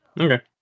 Okay